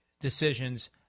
decisions